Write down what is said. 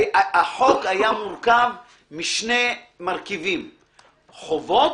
החוק היה מורכב משני מרכיבים: חובות,